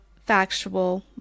factual